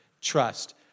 Trust